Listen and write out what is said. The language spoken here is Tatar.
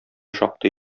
шактый